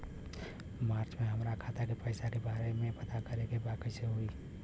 मार्च में हमरा खाता के पैसा के बारे में पता करे के बा कइसे होई?